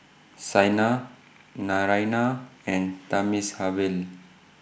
Saina Naraina and Thamizhavel